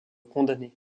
condamné